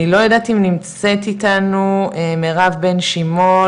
אני לא יודעת אם נמצאת איתנו מירב בן שימול,